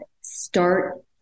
start